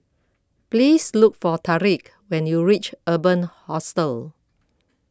please look for Tariq when you reach Urban Hostel